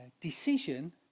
decision